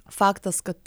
faktas kad